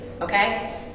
okay